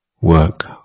work